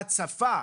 ההצפה